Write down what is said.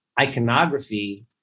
iconography